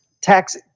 tax